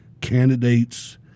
candidates